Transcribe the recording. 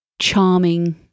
charming